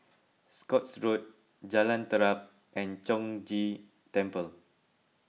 Scotts Road Jalan Terap and Chong Ghee Temple